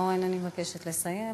אורן, אני מבקשת לסיים.